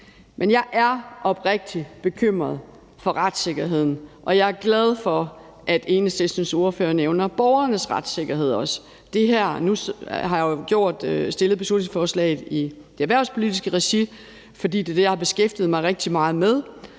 Men jeg er oprigtig bekymret for retssikkerheden, og jeg er glad for, at Enhedslistens ordfører også nævner borgernes retssikkerhed. Nu har jeg jo fremsat beslutningsforslaget i det erhvervspolitiske regi, fordi det er det, jeg har beskæftiget mig rigtig meget med,